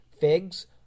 figs